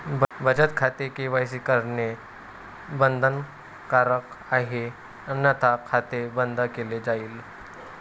बचत खात्यात के.वाय.सी करणे बंधनकारक आहे अन्यथा खाते बंद केले जाईल